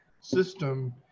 system